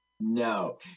No